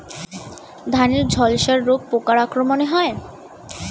ধানের ঝলসা রোগ পোকার আক্রমণে হয়?